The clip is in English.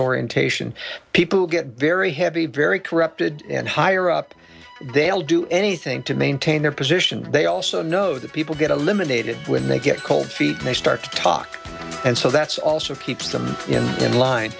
orientation people get very heavy very corrupted and higher up they'll do anything to maintain their position they also know that people get a limited when they get cold feet they start to talk and so that's also keeps them in in line